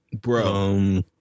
Bro